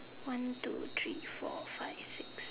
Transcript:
one two three four five six